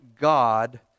God